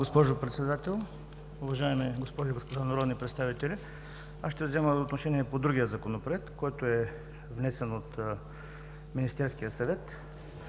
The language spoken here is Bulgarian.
госпожо Председател, уважаеми госпожи и господа народни представители! Аз ще взема отношение по другия Законопроект, който внесен от Министерския съвет,